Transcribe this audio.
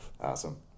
Awesome